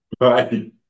Right